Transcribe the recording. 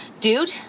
Dude